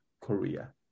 korea